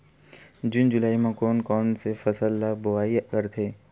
जून जुलाई म कोन कौन से फसल ल बोआई करथे?